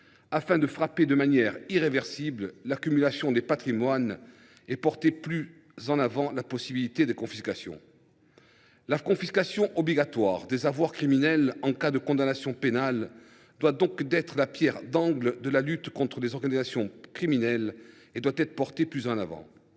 afin de frapper de manière irréversible l’accumulation des patrimoines et de développer les possibilités de confiscation. La confiscation obligatoire des avoirs criminels en cas de condamnation pénale doit donc être la pierre angulaire de la lutte contre les organisations criminelles et être davantage mise en avant.